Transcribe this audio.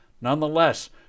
Nonetheless